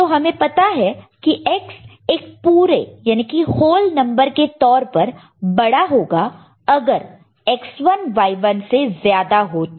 तो हमें पता है X एक पूरे होल whole नंबर के तौर पर बडा होगा अगर X1 Y1 से ज्यादा हो तो